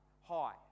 High